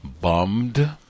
bummed